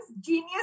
genius